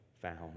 found